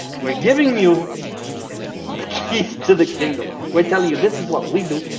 we're giving you the keys to the kingdom, we're telling you, this is what we do.